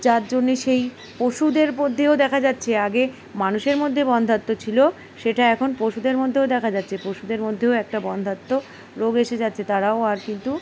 যার জন্যে সেই পশুদের মধ্যেও দেখা যাচ্ছে আগে মানুষের মধ্যে বন্ধাত্ম ছিল সেটা এখন পশুদের মধ্যেও দেখা যাচ্ছে পশুদের মধ্যেও একটা বন্ধাত্ম রোগ এসে যাচ্ছে তারাও আর কিন্তু